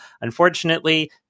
Unfortunately